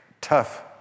tough